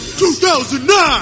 2009